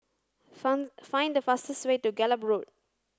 find the fastest way to Gallop Road